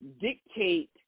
dictate